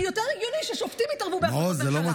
כי יותר הגיוני ששופטים יתערבו בהחלטות ממשלה.